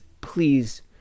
please